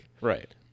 Right